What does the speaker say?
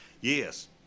yes